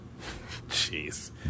Jeez